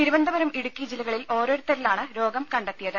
തിരുവനന്തപുരം ഇടുക്കി ജില്ലകളിൽ ഓരോരുത്തരിലാണ് രോഗം കണ്ടെത്തിയത്